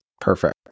Perfect